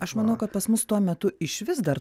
aš manau kad pas mus tuo metu išvis dar